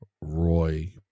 Roy